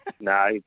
No